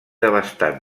devastat